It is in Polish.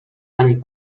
ani